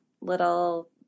little